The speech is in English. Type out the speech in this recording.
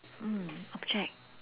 mm object